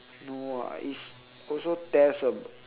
no ah it's also test abi~